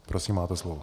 Prosím, máte slovo.